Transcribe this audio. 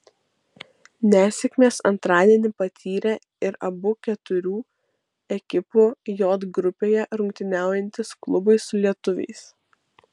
nesėkmes antradienį patyrė ir abu keturių ekipų j grupėje rungtyniaujantys klubai su lietuviais